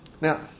Now